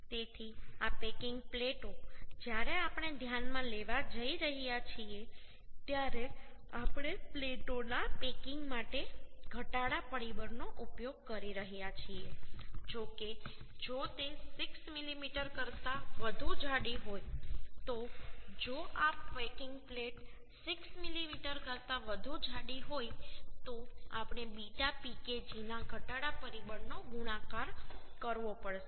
તેથી આ પેકિંગ પ્લેટો જ્યારે આપણે ધ્યાનમાં લેવા જઈ રહ્યા છીએ ત્યારે આપણે પ્લેટોના પેકિંગ માટે ઘટાડા પરિબળનો ઉપયોગ કરી રહ્યા છીએ જો કે જો તે 6 મીમી કરતા વધુ જાડી હોય તો જો આ પેકિંગ પ્લેટ 6 મીમી કરતા વધુ જાડી હોય તો આપણે β PKg ના ઘટાડા પરિબળનો ગુણાકાર કરવો પડશે